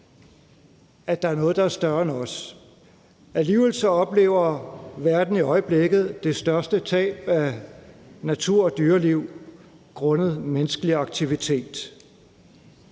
Der er noget, der er større end os. Alligevel oplever verden i øjeblikket det største tab af natur og dyreliv grundet menneskelig aktivitet.